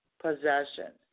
possession